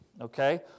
okay